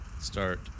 start